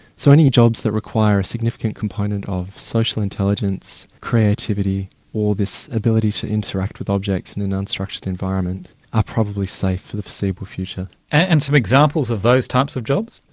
so any jobs that require a significant component of social intelligence, creativity or this ability to interact with objects in an unstructured environment are probably safe for the foreseeable future. and some examples of those types of jobs?